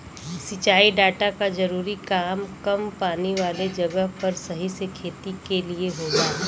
सिंचाई डाटा क जरूरी काम कम पानी वाले जगह पर सही से खेती क लिए होला